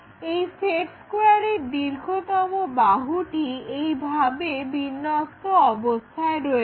এই সেট স্কোয়ারের দীর্ঘতম বাহুটি এই ভাবে বিন্যস্ত অবস্থায় রয়েছে